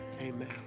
Amen